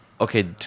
Okay